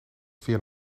via